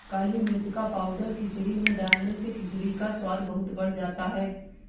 काली मिर्च का पाउडर खिचड़ी में डालने से खिचड़ी का स्वाद बहुत बढ़ जाता है